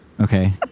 Okay